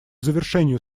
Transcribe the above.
завершению